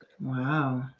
Wow